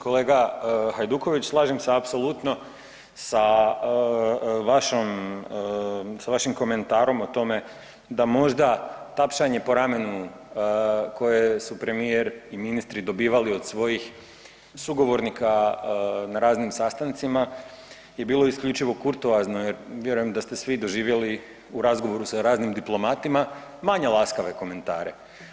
Kolega Hajduković, slažem se apsolutno sa vašim komentarom o tome da možda tapšanje po ramenu koje su premijer i ministri dobivali od svojih sugovornika na raznim sastancima i bilo je isključivo kurtoazno jer vjerujem da ste svi doživjeli u razgovoru sa raznim diplomatima manje laskave komentare.